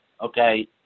okay